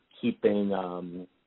keeping